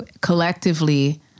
collectively